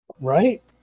Right